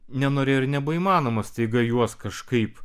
nenorėjo ir nebuvo įmanoma staiga juos kažkaip